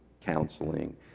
counseling